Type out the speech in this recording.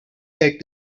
said